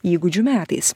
įgūdžių metais